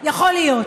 יכול להיות,